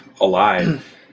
alive